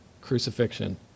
crucifixion